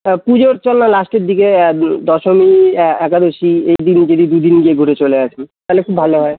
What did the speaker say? হ্যাঁ পুজোর চল না লাস্টের দিকে দ দশমী অ্যা একাদশী এই দিন যদি দু দিন গিয়ে ঘুরে চলে আসি তালে খুব ভালো হয়